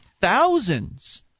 thousands